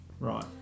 Right